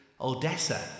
Odessa